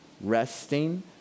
resting